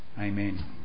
Amen